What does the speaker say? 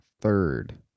third